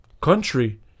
country